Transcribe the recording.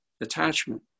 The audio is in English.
attachment